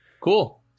cool